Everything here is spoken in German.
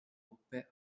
gruppe